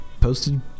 posted